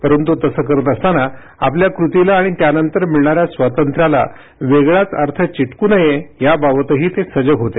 परंतु तसं करत असताना आपल्या कृतीला आणि त्यानंतर मिळणाऱ्या स्वातंत्र्याला वेगळाच अर्थ चिटकू नये याबाबतही ते सजग होते